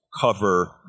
cover